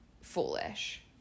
foolish